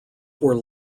were